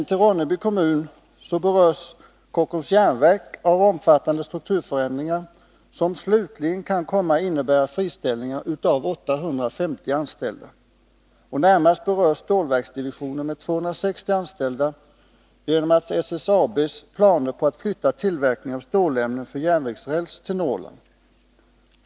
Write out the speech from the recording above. I Ronneby kommun berörs Kockums Jernverk AB av omfattande strukturförändringar, som slutligen kan komma att innebära friställningar av 850 anställda. Närmast berörs Stålverksdivisionen med 260 anställda genom SSAB:s planer på att flytta tillverkningen av stålämnen för järnvägsräls till Norrland.